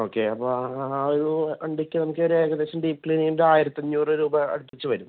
okay അപ്പം ആ ഒരു വണ്ടിക്ക് നമുക്ക് ഒരു ഏകദേശം ഡീപ് ക്ലീനിങ്ങിൻ്റെ ആയിരത്തി അഞ്ഞൂറ് രൂപ അടുപ്പിച്ച് വരും